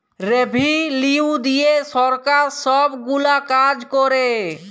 revenue দিঁয়ে সরকার ছব গুলা কাজ ক্যরে